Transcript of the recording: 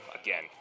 again